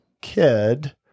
kid